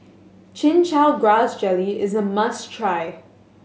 Chin Chow Grass Jelly is a must try